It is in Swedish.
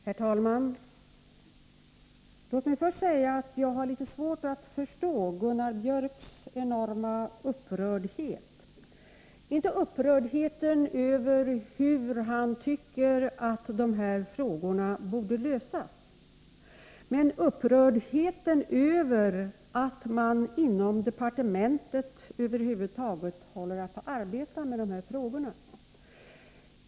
Herr talman! Låt mig först säga att jag har litet svårt att förstå Gunnar Biörcks i Värmdö enorma upprördhet — inte den upprördhet som gäller hur han tycker att de här problemen borde lösas utan upprördheten över att man inom departementet över huvud taget arbetar med de här frågorna.